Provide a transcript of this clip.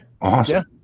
Awesome